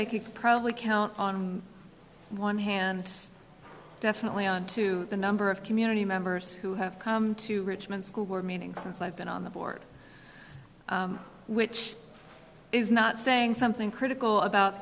i could probably count on one hand definitely on to the number of community members who have come to richmond school board meetings since i've been on the board which is not saying something critical about